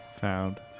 found